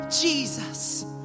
Jesus